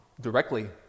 directly